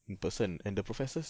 in person and the professors